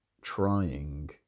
trying